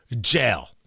jail